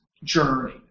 journey